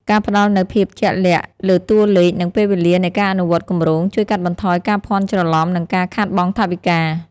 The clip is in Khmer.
ការផ្តល់នូវ "ភាពជាក់លាក់" លើតួលេខ និងពេលវេលានៃការអនុវត្តគម្រោង ជួយកាត់បន្ថយការភាន់ច្រឡំ និងការខាតបង់ថវិកា។